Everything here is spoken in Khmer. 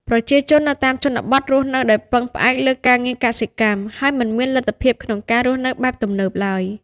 ប្រជាជននៅតាមជនបទរស់នៅដោយពឹងផ្អែកលើការងារកសិកម្ម ហើយមិនមានលទ្ធភាពក្នុងការរស់នៅបែបទំនើបឡើយ។